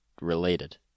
related